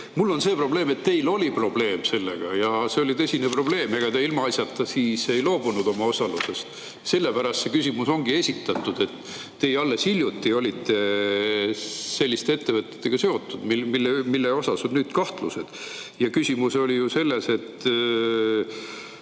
ikkagi see probleem, et teil oli probleem sellega. Ja see oli tõsine probleem. Ega te ilmaasjata ei loobunud oma osalusest. Sellepärast see küsimus ongi esitatud, et teie alles hiljuti olite selliste ettevõtetega seotud, mille puhul on nüüd kahtlused. Küsimus on ju selles, et